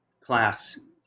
class